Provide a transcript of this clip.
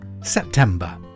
September